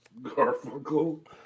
Garfunkel